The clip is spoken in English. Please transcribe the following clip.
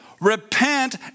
repent